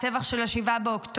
הטבח של 7 באוקטובר,